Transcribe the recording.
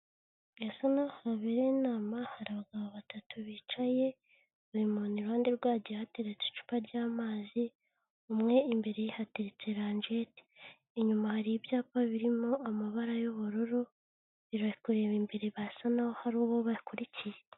Birasa naho habereye inama hari abagabo batatu bicaye buri muntu iruhande hagiye hateretse icupa ry'amazi, umwe imbere ye hateretse ranjete, inyuma hari ibyapa birimo amabara y'ubururu bari kureba imbere barasa naho hari uwo bakurikiye.